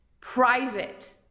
private